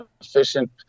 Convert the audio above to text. efficient